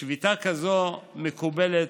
שביתה כזאת מקובלת